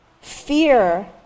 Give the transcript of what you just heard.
fear